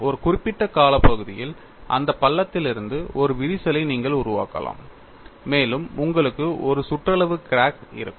ஒரு குறிப்பிட்ட காலப்பகுதியில் இந்த பள்ளத்திலிருந்து ஒரு விரிசலை நீங்கள் உருவாக்கலாம் மேலும் உங்களுக்கு ஒரு சுற்றளவு கிராக் இருக்கும்